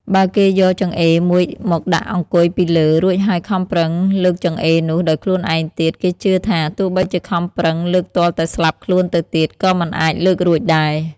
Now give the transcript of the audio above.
បើគេយកចង្អេរមួយមកដាក់អង្គុយពីលើ រួចហើយខំប្រឹងលើកចង្អេរនោះដោយខ្លួនឯងទៀត គេជឿថា ទោះបីជាខំប្រឹងលើកទាល់តែស្លាប់ខ្លួនទៅទៀត ក៏មិនអាចលើករួចដែរ។